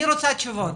אני מבקשת גם תשובה